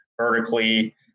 vertically